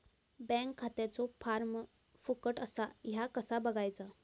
Bank खात्याचो form फुकट असा ह्या कसा बगायचा?